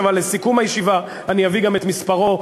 אבל לסיכום הישיבה אני אביא גם את מספרו,